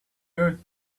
earth